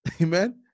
Amen